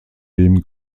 dem